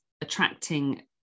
attracting